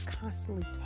constantly